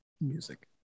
music